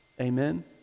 Amen